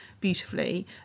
beautifully